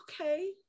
Okay